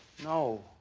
no.